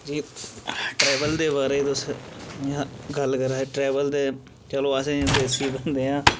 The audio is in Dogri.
ट्रैबल दे बारै च तुस गल्ल करा दे चलो अस ते देसी बंदे आं